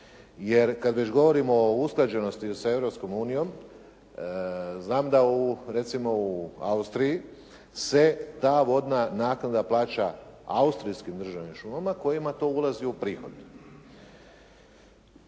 jer kad već govorimo o usklađenosti sa Europskom unijom, znam da u, recimo u Austriji se ta vodna naknada plaća austrijskim državnim šumama kojima to ulazi u prihod.